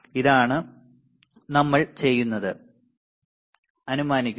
ഇതാണ് നമ്മൾ അനുമാനിക്കുന്നത്